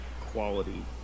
quality